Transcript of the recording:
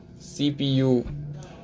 CPU